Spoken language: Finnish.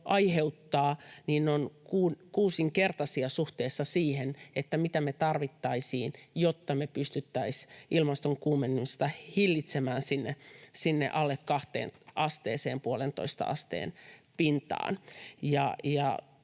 aiheuttaa, ovat kuusinkertaisia suhteessa siihen, mitä me tarvittaisiin, jotta me pystyttäisiin ilmaston kuumenemista hillitsemään sinne alle kahteen asteeseen,